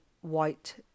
white